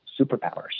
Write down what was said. superpowers